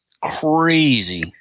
crazy